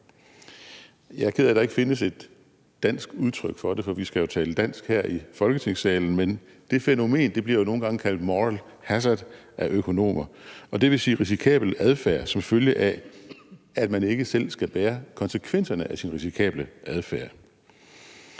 Jeg er ked af, at der ikke findes et dansk udtryk for det, for vi skal jo tale dansk her i Folketingssalen, men det fænomen bliver jo nogle gange kaldt moral hazard af økonomer, og det vil sige risikabel adfærd, som følge af at man ikke selv skal bære konsekvenserne af sin risikable adfærd.